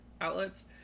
outlets